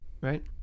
right